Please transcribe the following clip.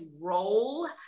role